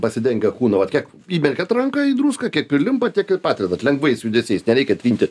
pasidengę kūną vat kiek įmerkiat ranką į druską kiek prilimpa tiek ir patrinat lengvais judesiais nereikia trinti